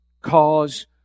cause